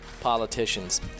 politicians